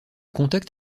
contact